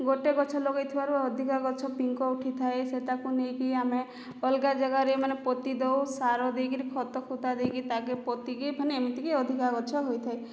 ଗୋଟେ ଗଛ ଲଗେଇଥିବାରୁ ଅଧିକା ଗଛ ପିଙ୍କ ଉଠିଥାଏ ସେତାକୁ ନେଇକି ଆମେ ଅଲଗା ଜାଗାରେ ମାନେ ପୋତି ଦେଉ ସାର ଦେଇକରି ଖତ ଖୁତା ଦେଇକରି ତାକେ ପୋତିକି ମାନେ ଏମିତି କି ଅଧିକା ଗଛ ହୋଇଥାଏ